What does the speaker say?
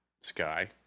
Sky